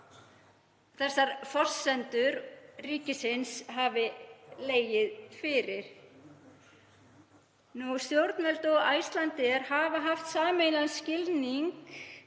þessar forsendur ríkisins hafi legið fyrir. Stjórnvöld og Icelandair hafa haft sameiginlegan skilning